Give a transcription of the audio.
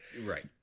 right